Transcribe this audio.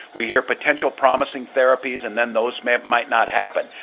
we hear potential promising therapies and then those might might not happen.